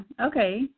okay